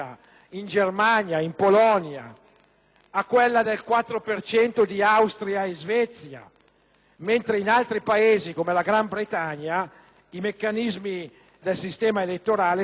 mentre in altri Paesi, come la Gran Bretagna, i meccanismi del sistema elettorale stabiliscono una soglia effettiva che gli esperti quantificano intorno al 10